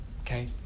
Okay